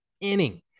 inning